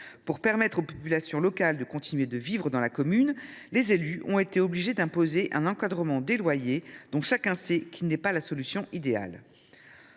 Pour permettre aux populations locales de continuer à vivre dans la commune, les élus ont été obligés d’imposer un encadrement des loyers dont chacun sait qu’il ne constitue pas la solution idéale.